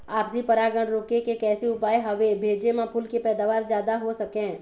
आपसी परागण रोके के कैसे उपाय हवे भेजे मा फूल के पैदावार जादा हों सके?